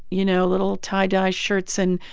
you know, little tie-dye shirts and,